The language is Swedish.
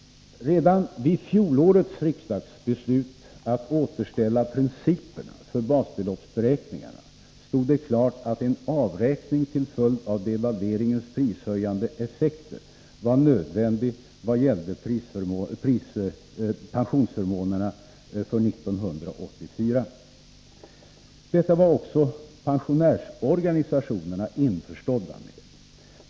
Redan vid fjolårets riksdagsbeslut att återställa principerna för basbeloppsberäkningarna stod det klart att en avräkning till följd av devalveringens prishöjande effekt var nödvändig vad gällde pensionsförmånerna för 1984. Detta var också pensionärsorganisationerna införstådda med.